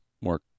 more